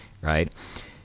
right